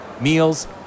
meals